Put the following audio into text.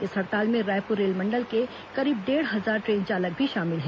इस हड़ताल में रायपुर रेलमंडल के करीब डेढ़ हजार ट्रेन चालक भी शामिल हैं